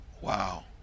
Wow